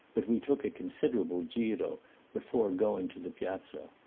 but we took a considerable giro before going to the piazza.